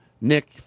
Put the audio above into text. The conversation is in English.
Nick